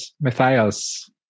Matthias